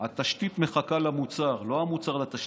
התשתית מחכה למוצר, ולא המוצר לתשתית.